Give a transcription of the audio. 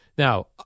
Now